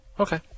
Okay